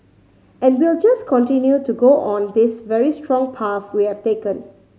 and we'll just continue to go on this very strong path we have taken